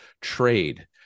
trade